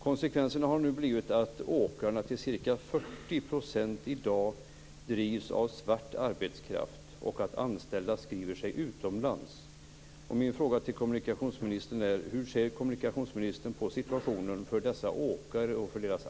Konsekvenserna har nu blivit att åkerierna till ca 40 % i dag drivs av svart arbetskraft och att anställda skriver sig utomlands.